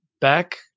back